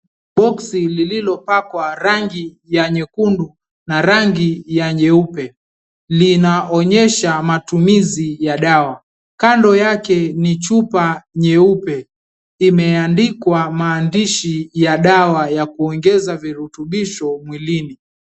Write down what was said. Boxi lilo pakwa rangi ya nyekundu na rangi ya nyeupe linaonesha matumizi ya dawa kando yake ni chupa nyeupe imeandikwa maandishi ya dawa ya kuongeza virutubisho mwilini.